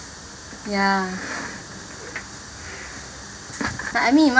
ya like I mean